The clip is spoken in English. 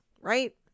Right